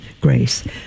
grace